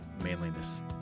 manliness